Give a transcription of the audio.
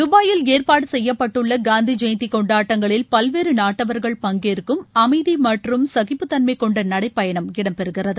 தபாயில் ஏற்பாடு செய்யப்பட்டுள்ள காந்தி ஜெயந்தி கொண்டாடங்களில் பல்வேறு நாட்டவர்கள் பங்கேற்கும் அமைதி மற்றும் சகிப்பு தன்மை கொண்ட நடை பயணம் இடம் பெறுகிறது